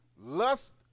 lust